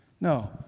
No